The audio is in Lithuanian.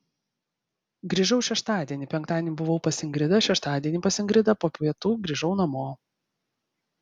grįžau šeštadienį penktadienį buvau pas ingridą šeštadienį pas ingridą po pietų grįžau namo